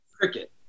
Cricket